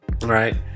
right